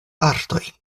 artoj